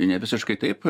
ne visiškai taip